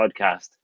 podcast